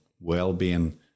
well-being